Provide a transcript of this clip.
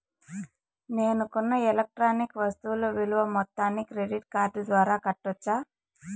నేను కొన్న ఎలక్ట్రానిక్ వస్తువుల విలువ మొత్తాన్ని క్రెడిట్ కార్డు ద్వారా కట్టొచ్చా?